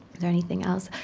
there anything else?